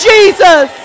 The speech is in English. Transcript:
Jesus